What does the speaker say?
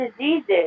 diseases